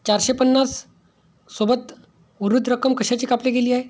चारशे पन्नास सोबत उर्वरीत रक्कम कशाची कापली गेली आहे